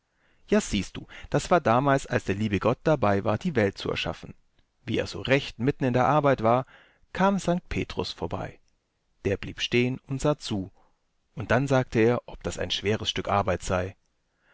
ja siehst du das war damals als der liebe gott dabei war die welt zu erschaffen wieersorechtmitteninderarbeitwar kamsanktpetrusvorbei der blieb stehen und sah zu und dann sagte er ob das ein schweres stück arbeit sei